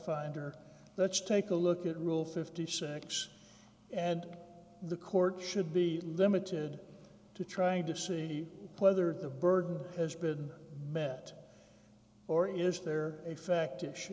finder let's take a look at rule fifty six and the court should be limited to trying to see whether the burden has been met or is there a fact i